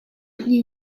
agli